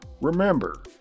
Remember